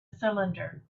cylinder